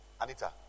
Anita